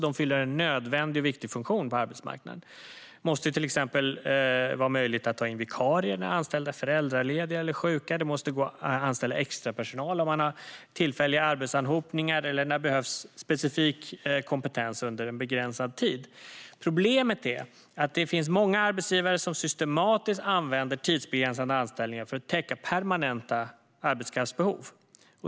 De fyller en nödvändig och viktig funktion på arbetsmarknaden. Det måste till exempel vara möjligt att ta in vikarier när anställda är föräldralediga eller sjuka. Det måste gå att anställa extrapersonal om man har tillfälliga arbetsanhopningar eller när det behövs specifik kompetens under en begränsad tid. Problemet är att många arbetsgivare systematiskt använder tidsbegränsade anställningar för att täcka permanenta arbetskraftsbehov.